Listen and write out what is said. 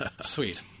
Sweet